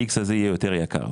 האיקס הזה יהיה יותר יקר.